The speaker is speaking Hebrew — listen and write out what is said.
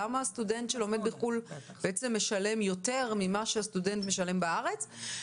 למה סטודנט שלומד בחו"ל משלם יותר ממה שסטודנט משלם בארץ?